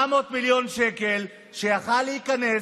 700 מיליון שקל שהיו יכולים להיכנס,